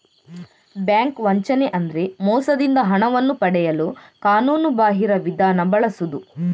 bank ವಂಚನೆ ಅಂದ್ರೆ ಮೋಸದಿಂದ ಹಣವನ್ನು ಪಡೆಯಲು ಕಾನೂನುಬಾಹಿರ ವಿಧಾನ ಬಳಸುದು